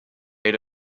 made